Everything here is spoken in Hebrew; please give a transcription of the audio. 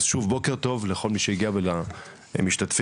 בוקר טוב לכל מי שהגיע ולכל המשתתפים,